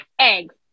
Eggs